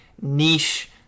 niche